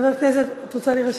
חבר הכנסת את רוצה להירשם?